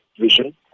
vision